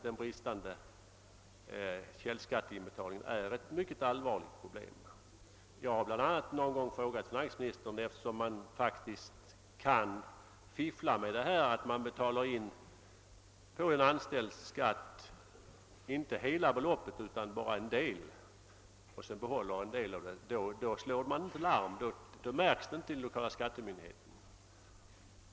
Den bristande källskatteinbetalningen är ett mycket allvarligt problem. Jag har någon gång frågat finansministern om saken, eftersom det går att fiffla i detta fall genom att betala in bara en del av beloppet för en anställds skatt och behålla resten. Då slås det inte larm, då märks inte saken hos den l1lokala skattemyndigheten.